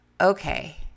okay